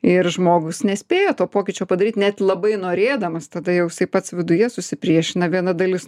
ir žmogus nespėja to pokyčio padaryt net labai norėdamas tada jau jisai pats viduje susipriešina viena dalis